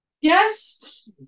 Yes